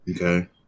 okay